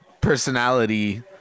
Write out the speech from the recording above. personality